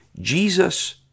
Jesus